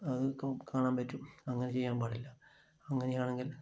അത് ഇപ്പം കാണാൻ പറ്റും അങ്ങനെ ചെയ്യാൻ പാടില്ല അങ്ങനെയാണെങ്കിൽ